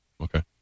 okay